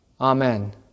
Amen